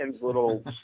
little